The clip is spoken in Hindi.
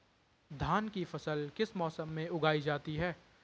धान की फसल किस मौसम में उगाई जाती है?